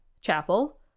Chapel